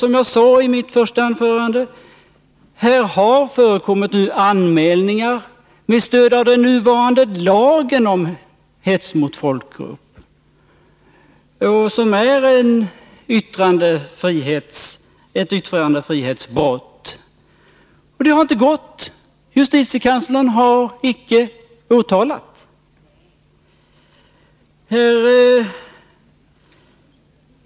Som jag sade i mitt första anförande har det med stöd av den nuvarande lagen gjorts anmälningar om hets mot folkgrupp. Justitiekanslern har emellertid icke kunnat åtala.